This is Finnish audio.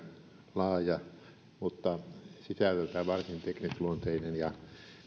laaja mutta sisällöltään varsin teknisluonteinen ja